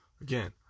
Again